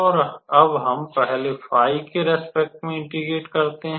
और अब हम पहले 𝜑 के प्रति इंटेग्रेट करते हैं